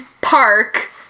Park